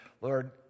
Lord